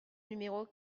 numéro